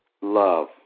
love